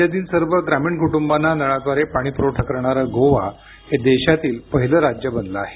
राज्यातील सर्व ग्रामीण कुटुंबांना नळाद्वारे पाणी पुरवठा करणारं गोवा हे देशातील पहिलं राज्य बनलं आहे